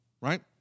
right